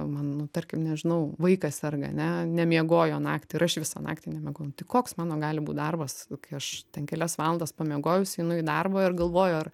man nu tarkim nežinau vaikas serga ane nemiegojo naktį ir aš visą naktį nemiegojau tai koks mano gali būt darbas kai aš ten kelias valandas pamiegojus einu į darbą ir galvoju ar